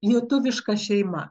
lietuviška šeima